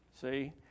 See